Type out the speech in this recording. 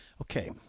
Okay